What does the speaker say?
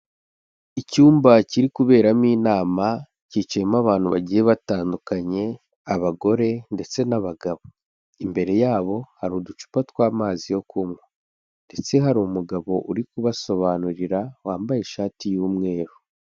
Icyumba kiri kuberamo inama cyicimo abantu bagiye batandukanye, abagore ndetse n'abagabo, imbere yabo hari uducupa tw'amazi yo kunywa ndetse hari umugabo uri kubasobanurira, wambaye ishati y'umweru.